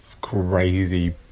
crazy